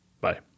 Bye